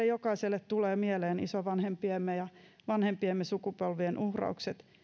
jokaiselle tulee mieleen isovanhempiemme ja vanhempiemme sukupolvien uhraukset